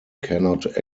cannot